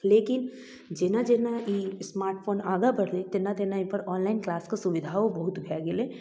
लेकिन जेना जेना ई स्मार्ट फोन आगाँ बढ़लै तेना तेना एहिपर ऑनलाइन किलासके सुविधो बहुत भऽ गेलै